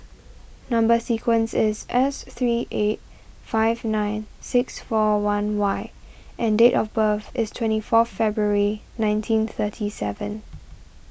Number Sequence is S three eight five nine six four one Y and date of birth is twenty four February nineteen thirty seven